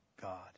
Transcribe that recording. God